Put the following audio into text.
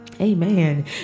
amen